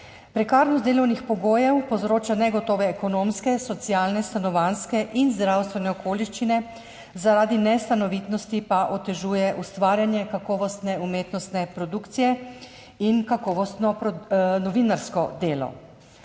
Prekarnost delovnih pogojev povzroča negotove ekonomske, socialne, stanovanjske in zdravstvene okoliščine, zaradi nestanovitnosti pa otežuje ustvarjanje kakovostne umetnostne produkcije in kakovostno novinarsko delo.